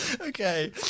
Okay